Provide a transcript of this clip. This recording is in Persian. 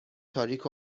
تاریک